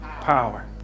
power